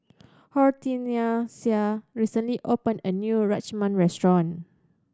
Hortencia recently opened a new Rajma Restaurant